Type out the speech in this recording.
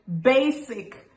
basic